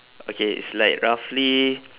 okay it's like roughly